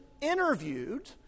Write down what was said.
interviewed